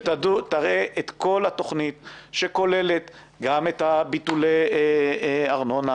-- שתראה את כל התכנית שכוללת גם את ביטולי הארנונה